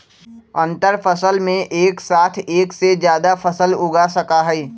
अंतरफसल में एक साथ एक से जादा फसल उगा सका हई